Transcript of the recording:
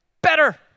better